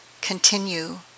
continue